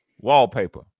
wallpaper